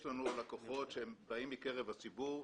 יש לנו לקוחות שבאים מקרב הציבור.